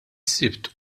sibt